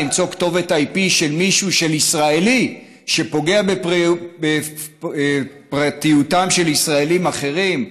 למצוא כתובת IP של ישראלי שפוגע בפרטיותם של ישראלים אחרים?